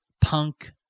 punk